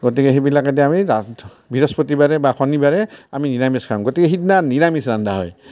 গতিকে সেইবিলাকেদি আমি ৰাধ বৃহস্পতি বাৰে বা শনিবাৰে আমি নিৰামিষ খাওঁ গতিকে সেইদিনা নিৰামিষ ৰান্ধা হয়